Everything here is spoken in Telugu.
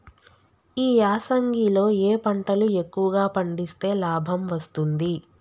ఈ యాసంగి లో ఏ పంటలు ఎక్కువగా పండిస్తే లాభం వస్తుంది?